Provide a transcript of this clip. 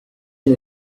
you